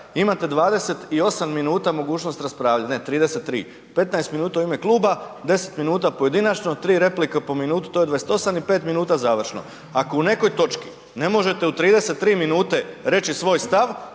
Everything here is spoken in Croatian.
imate 28 minuta mogućnost raspravljat, ne 33, 15 minuta u ime kluba, 10 minuta pojedinačno, 3 replike po minutu to je 28 i 5 minuta završno. Ako u nekoj točki ne možete u 33 minute reći svoj stav